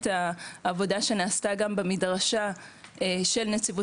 את העבודה שנעשתה גם במדרשה של נציבות